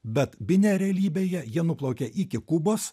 bet bine realybėje jie nuplaukė iki kubos